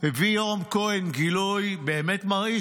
הביא יורם כהן גילוי באמת מרעיש.